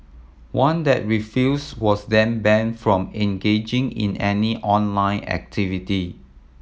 one that refused was then ban from engaging in any online activity